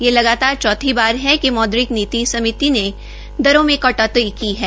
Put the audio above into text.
यह लगातार चौथी बार है कि मौद्रिक नीति समिति ने दरों में कटौती की है